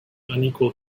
unequal